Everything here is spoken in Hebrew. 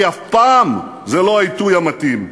כי אף פעם זה לא העיתוי המתאים.